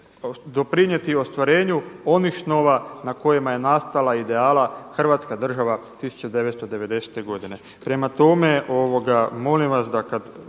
doprinijeti ostvarenju onih snova na kojima je nastala ideala Hrvatska država 1990. godine.